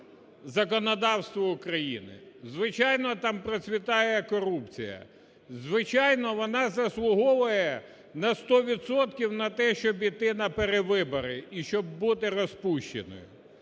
звичайно, там процвітає корупція, звичайно, вона заслуговує на 100 відсотків на те, щоб іти на перевибори і щоб бути розпущеною.